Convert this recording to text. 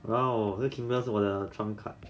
!walao! red kingdoms 是我的 trump card leh